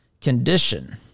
condition